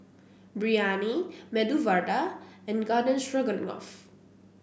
Biryani Medu Vada and Garden Stroganoff